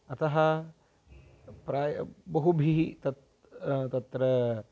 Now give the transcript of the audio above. अतः प्राय बहुभिः तत् तत्र